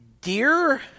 Dear